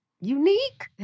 Unique